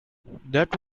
that